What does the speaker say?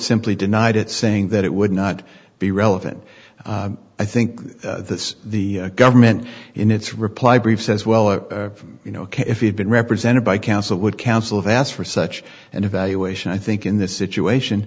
simply denied it saying that it would not be relevant i think that the government in its reply brief says well you know if he'd been represented by counsel would counsel of asked for such an evaluation i think in this situation